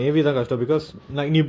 N~ N_D_U